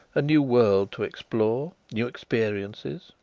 a new world to explore, new experiences,